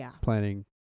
planning